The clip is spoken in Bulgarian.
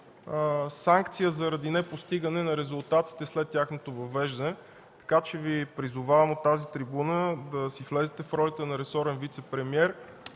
санкция заради непостигане на резултатите след тяхното въвеждане. Призовавам Ви от тази трибуна да си влезете в ролята на ресорен вицепремиер